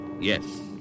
yes